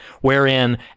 wherein